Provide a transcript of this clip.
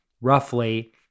roughly